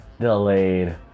delayed